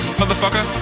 motherfucker